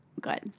good